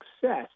success